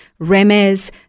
Remez